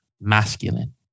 masculine